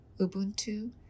Ubuntu